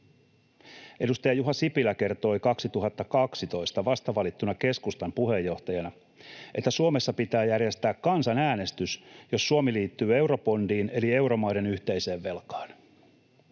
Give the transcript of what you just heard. Edustaja Juha Sipilä kertoi 2012 vasta valittuna keskustan puheenjohtajana, että Suomessa pitää järjestää kansanäänestys, jos Suomi liittyy eurobondiin eli euromaiden yhteiseen velkaan.